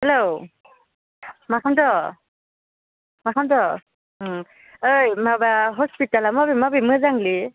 हेल' मा खामद' मा खामद' ओम ओइ माबा हस्पिटाला माबे माबे मोजांलै